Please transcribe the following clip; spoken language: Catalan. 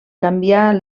canviar